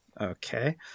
Okay